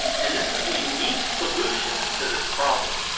and this is the unique solution to this problem.